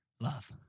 love